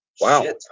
Wow